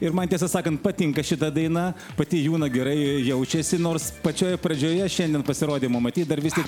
ir man tiesą sakant patinka šita daina pati juna gerai jaučiasi nors pačioje pradžioje šiandien pasirodymo matyt dar vis tik